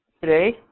today